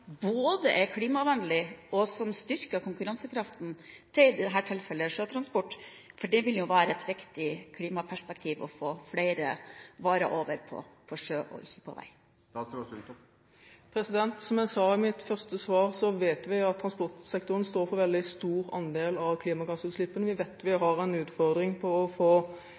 både er klimavennlige og som styrker konkurransekraften til – i dette tilfellet – sjøtransport? For i et klimaperspektiv vil det jo være viktig å få flere varer over på sjø og ikke på vei. Som jeg sa i mitt første svar, så vet vi at transportsektoren står for en veldig stor andel av klimagassutslippene. Vi vet at vi har en utfordring med å få